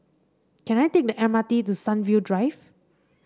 can I take the M R T to Sunview Drive